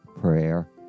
prayer